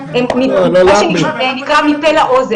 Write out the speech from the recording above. מפה לאוזן.